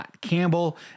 Campbell